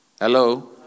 Hello